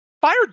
Fired